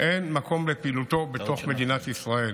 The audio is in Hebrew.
אין מקום לפעילותו בתוך מדינת ישראל.